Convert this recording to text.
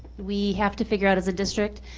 we have to figure out as a district,